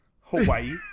Hawaii